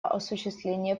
осуществления